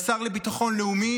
לשר לביטחון לאומי,